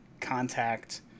contact